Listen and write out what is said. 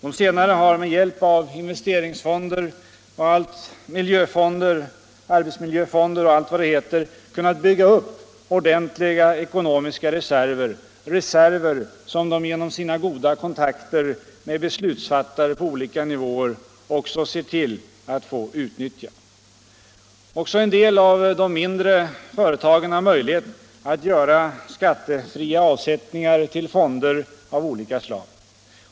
De senare har med hjälp av investeringsfonder, arbetsmiljöfonder och allt vad det heter kunnat bygga upp ordentliga reserver — reserver som de genom sina goda kontakter med beslutsfattare på olika nivåer också ser till att få utnyttja. Också en del av de mindre företagen har möjlighet att göra skattefria avsättningar till fonder av olika slag.